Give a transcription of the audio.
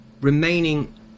remaining